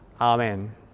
Amen